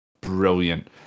brilliant